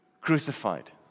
crucified